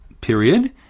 period